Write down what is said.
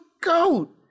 goat